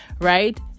right